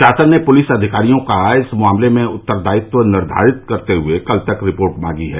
शासन ने पुलिस अधिकारियों का इस मामले में उत्तरदायित्व निर्धारित करते हुए कल तक रिपोर्ट मांगी है